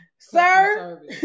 Sir